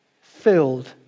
filled